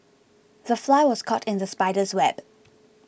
the fly was caught in the spider's web